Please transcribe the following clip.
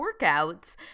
workouts